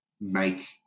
make